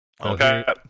Okay